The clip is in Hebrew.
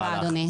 לא, ברור.